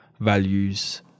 values